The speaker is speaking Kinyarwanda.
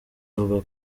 ivuga